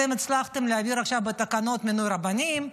אתם הצלחתם להעביר עכשיו בתקנות מינוי רבנים,